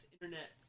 internet